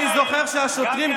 אני זוכר שהשוטרים,